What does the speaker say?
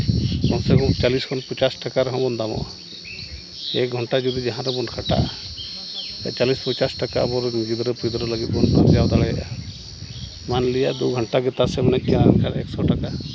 ᱢᱟᱥᱮ ᱪᱚᱞᱤᱥ ᱠᱷᱚᱱ ᱯᱚᱪᱟᱥ ᱴᱟᱠᱟ ᱨᱮᱦᱚᱸ ᱵᱚᱱ ᱫᱟᱢᱚᱜᱼᱟ ᱮᱹᱠ ᱜᱷᱚᱱᱴᱟ ᱡᱩᱫᱤ ᱡᱟᱦᱟᱸ ᱨᱮᱵᱚᱱ ᱠᱷᱟᱴᱟᱜᱼᱟ ᱪᱚᱞᱤᱥ ᱯᱚᱪᱟᱥ ᱴᱟᱠᱟ ᱟᱵᱚ ᱨᱮᱱ ᱜᱤᱫᱽᱨᱟᱹᱼᱯᱤᱫᱽᱨᱟᱹ ᱞᱟᱹᱜᱤᱫ ᱵᱚᱱ ᱨᱳᱡᱽᱜᱟᱨ ᱫᱟᱲᱮᱭᱟᱜᱼᱟ ᱢᱟᱱ ᱞᱤᱭᱟ ᱫᱩ ᱜᱷᱚᱱᱴᱟ ᱜᱮ ᱛᱟᱥ ᱮᱢ ᱮᱱᱮᱡ ᱠᱮᱜᱼᱟ ᱮᱱᱠᱷᱟᱱ ᱮᱹᱠᱥᱚ ᱴᱟᱠᱟ